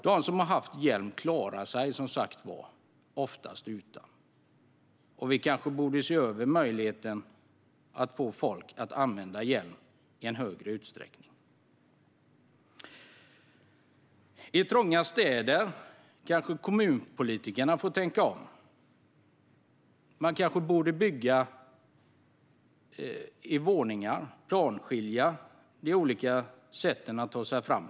De som har haft hjälm klarar sig som sagt oftast utan sådana skador, och vi kanske borde se över möjligheten att få folk att använda hjälm i större utsträckning. I trånga städer kanske kommunpolitikerna får tänka om. Man kanske borde bygga i våningar - planskilja de olika sätten att ta sig fram.